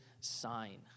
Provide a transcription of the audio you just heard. sign